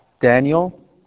Daniel